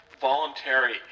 voluntary